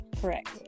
correct